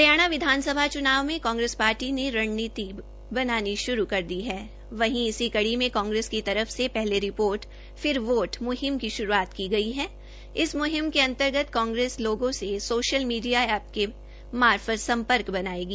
हरियाणा विधानसभा चुनाव में कांग्रेस पार्टी ने रणनीति बनानी शुरू कर दी है वहीं इसी कड़ी में कांग्रेस की तरफ से पहले रिपोर्ट फिर वोट मुहिम की शुरुआत की गई है इस मुहिम के अंतर्गत कांग्रेस लोगों से सोशल मीडिया और ऐप के मार्फत संपर्क बनायेगी